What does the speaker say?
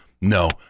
No